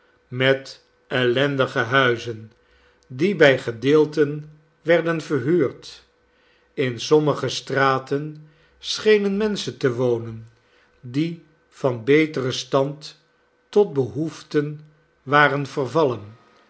met ellendige huizen die bij gedeelten werden verhuurd in sommige straten schenen menschen te wonen die van beteren stand tot behoeften waren vervallen